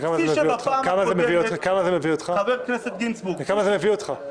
כפי שבפעם הקודמת --- לכמה זה מביא אותך?